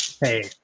Hey